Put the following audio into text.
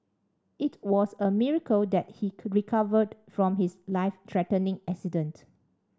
it was a miracle that he recovered from his life threatening accident